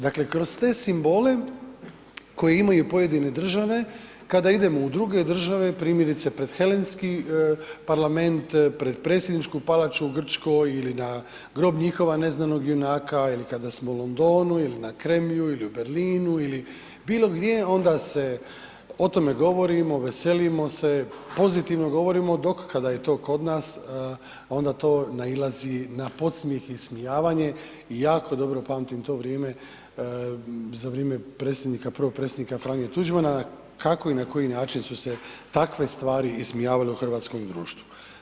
Dakle, kroz te simbole koje imaju pojedine države, kada idemo u druge države, primjerice pred Helenski parlament, pred Predsjedničku palaču u Grčkoj ili na grob njihova neznanog junaka ili kada smo u Londonu, ili na Kremlju ili u Belinu ili bilo gdje, onda se o tome govorimo, veselimo se, pozitivno govorimo, dok kada je to kod nas onda to nailazi na podsmjeh i ismijavanje i jako dobro pamtim to vrijeme za vrijeme predsjednika, prvog predsjednika Franje Tuđmana, kako i na koji način su se takve stvari ismijavale u hrvatskom društvu.